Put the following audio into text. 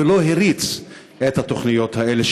ולא הריץ את התוכניות האלה,